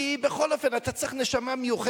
כי בכל אופן, אתה צריך נשמה מיוחדת.